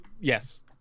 yes